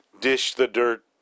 dish-the-dirt